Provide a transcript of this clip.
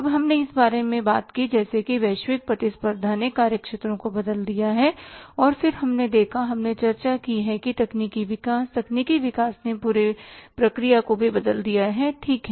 अब हमने इस बारे में बात जैसे कि वैश्विक प्रतिस्पर्धा ने कार्य क्षेत्रों को बदल दिया है और फिर हमने देखा है हमने चर्चा की है कि तकनीकी विकास तकनीकी विकास ने पूरी प्रक्रिया को भी बदल दिया है ठीक है